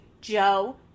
Joe